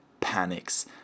panics